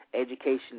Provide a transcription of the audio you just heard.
education